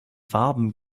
farben